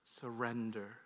surrender